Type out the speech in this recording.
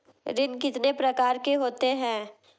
ऋण कितने प्रकार के होते हैं?